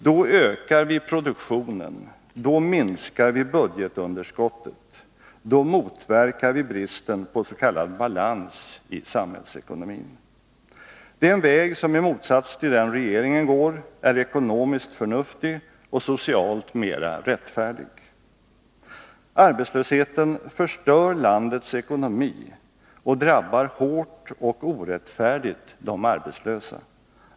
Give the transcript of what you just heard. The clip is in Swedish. Då ökar vi produktionen, då minskar vi budgetunderskottet, då motverkar vi bristen på s.k. balans i samhällsekonomin. Det är en väg som i motsats till den regeringen går är ekonomiskt förnuftig och socialt mera rättfärdig. Arbetslösheten förstör landets ekonomi och drabbar hårt och orättfärdigt de arbetslösa.